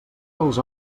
dels